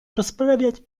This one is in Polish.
rozprawiać